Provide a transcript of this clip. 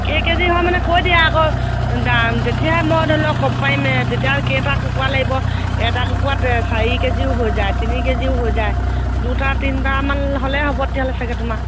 কেই কেজি হয় মানে কৈ দিয়া আকৌ দাম তেতিয়াহে মই ধৰি লওক ক'ব পাৰিম তেতিয়া কেইটা কুকুৰা লাগিব এটা কুকৰাত চাৰি কেজিও হৈ যায় তিনি কেজিও হৈ যায় দুটা তিনিটামান হ'লে হ'ব তেতিয়াহ'লে চাগে তোমাৰ